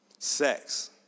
Sex